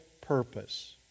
purpose